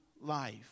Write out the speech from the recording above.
life